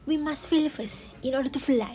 we must fail first in order to fly